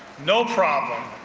no problem,